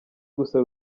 gusa